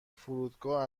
فرودگاه